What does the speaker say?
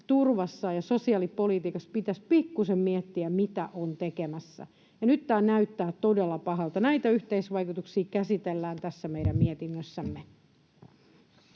sosiaaliturvassa ja sosiaalipolitiikassa pitäisi pikkuisen miettiä, mitä on tekemässä, ja nyt tämä näyttää todella pahalta. Näitä yhteisvaikutuksia käsitellään tässä meidän mietinnössämme.